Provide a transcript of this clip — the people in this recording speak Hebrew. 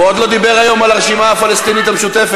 הוא עוד לא דיבר היום על הרשימה הפלסטינית המשותפת.